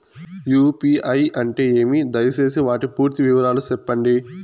UPI అంటే ఏమి? దయసేసి వాటి పూర్తి వివరాలు సెప్పండి?